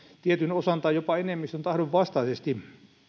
tietyn osan tai jopa enemmistön tahdon vastaisesti